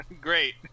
great